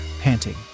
panting